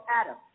Adam